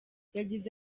yagize